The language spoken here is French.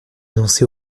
annoncée